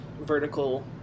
vertical